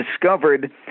discovered